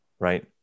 right